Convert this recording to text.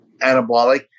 anabolic